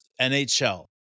NHL